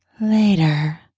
Later